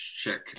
check